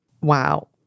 Wow